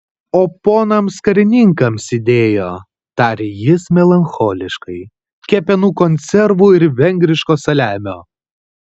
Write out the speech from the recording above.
o ponams karininkams įdėjo tarė jis melancholiškai kepenų konservų ir vengriško saliamio